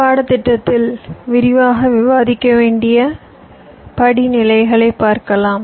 இந்த பாடத்திட்டத்தில் விரிவாக விவாதிக்க வேண்டிய படிநிலைகளை பார்க்கலாம்